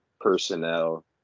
personnel